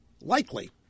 likely